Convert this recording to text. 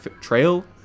Trail